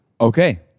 Okay